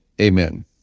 amen